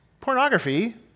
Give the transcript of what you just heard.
pornography